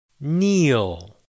Kneel